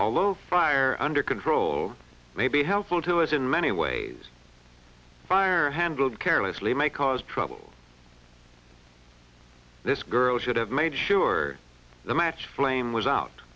over fire under control may be helpful to us in many ways fire handled carelessly may cause trouble this girl should have made sure the match flame was out